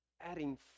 adding